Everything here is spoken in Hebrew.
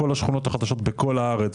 כל השכונות החדשות בכל הארץ,